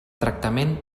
tractament